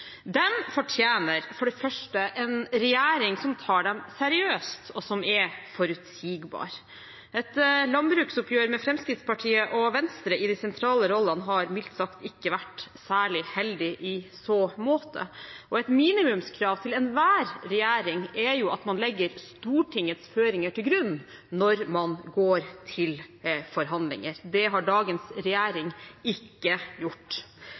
fortjener for det første en regjering som tar dem seriøst og er forutsigbar. Et landbruksoppgjør med Fremskrittspartiet og Venstre i de sentrale rollene har mildt sagt ikke vært særlig heldig i så måte, og et minimumskrav til enhver regjering er jo at man legger Stortingets føringer til grunn når man går til forhandlinger. Det har dagens regjering ikke gjort.